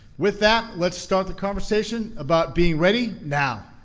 with that, let's start the conversation about being ready now.